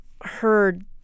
heard